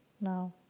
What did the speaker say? now